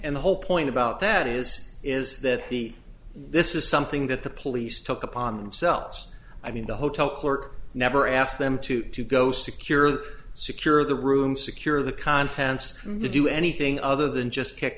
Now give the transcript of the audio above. and the whole point about that is is that the this is something that the police took upon themselves i mean the hotel clerk never asked them to to go secure secure the room secure the contents to do anything other than just pick